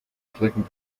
strecken